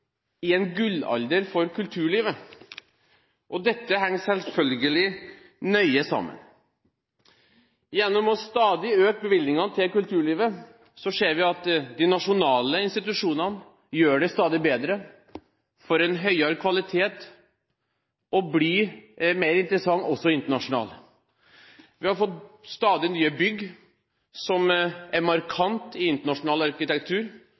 i en gullalder for kulturlivet – og dette henger selvfølgelig nøye sammen. Gjennom stadig å øke bevilgningene til kulturlivet ser vi at de nasjonale institusjonene gjør det stadig bedre, får en høyere kvalitet og blir mer interessante, også internasjonalt. Vi har fått stadig nye bygg som er markante innen internasjonal arkitektur,